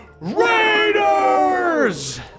Raiders